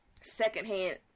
secondhand